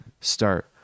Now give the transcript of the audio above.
start